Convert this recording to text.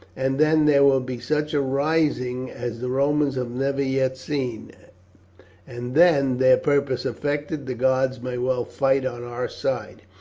and then there will be such a rising as the romans have never yet seen and then, their purpose effected, the gods may well fight on our side.